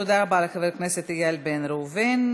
תודה רבה לחבר הכנסת איל בן ראובן.